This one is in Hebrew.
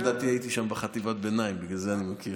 לדעתי הייתי שם בחטיבת ביניים, בגלל זה אני מכיר.